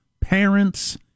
parents